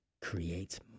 creates